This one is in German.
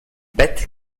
bett